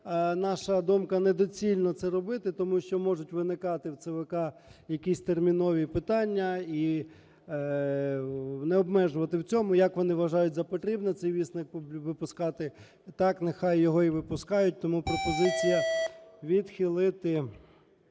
Наша думка: недоцільно це робити, тому що можуть виникати в ЦВК якісь термінові питання. І не обмежувати в цьому, як вони вважають за потрібне цей вісник випускати, так нехай його і випускають. Тому пропозиція відхилити.